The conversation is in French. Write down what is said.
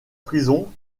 prison